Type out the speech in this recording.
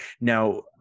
Now